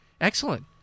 Excellent